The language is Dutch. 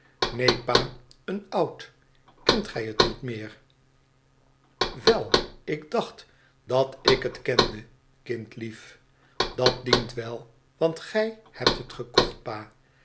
pa een oud kent gij het niet meer wel ik dacht dat ik het kende kind lief dat dient wel want gij hebt het gekocht pa